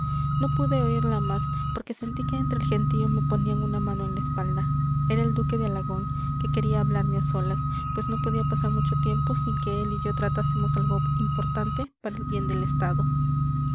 no pude oírla más porque sentí que entre el gentío me ponían una mano en la espalda era el duque de alagón que quería hablarme a solas pues no podía pasar mucho tiempo sin que él y yo tratásemos algo importante para el bien del estado